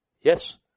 Yes